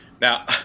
Now